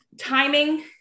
Timing